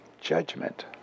judgment